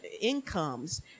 incomes